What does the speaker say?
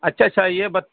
اچھا اچھا یہ بات